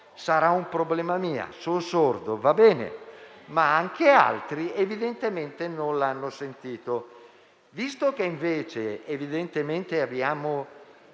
Sarà un problema mio? Sono sordo? Va bene, ma anche altri evidentemente non l'hanno sentito. Visto che invece, evidentemente, abbiamo